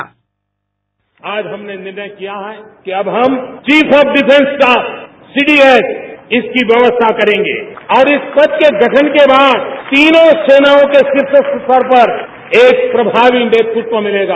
sound bite आज हमने निर्णय किया है कि अब हम चीफ ऑफ डिफेंस का सी डी एस इसकी व्यवस्था करेंगे और इस पद के गठन के बाद तीनों सेनाओं के शीर्ष स्तर पर एक प्रभावी नेतृत्व मिलेगा